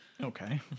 Okay